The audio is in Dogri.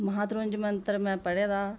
महातंज मंत्र में पढ़े दा